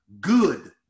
good